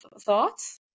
thoughts